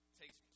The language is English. takes